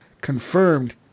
confirmed